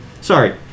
sorry